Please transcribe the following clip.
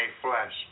flesh